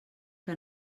què